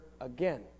again